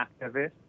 activist